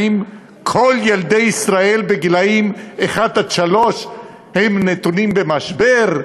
האם כל ילדי ישראל בגילים שנה עד שלוש נתונים במשבר?